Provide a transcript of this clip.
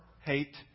hate